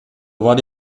vari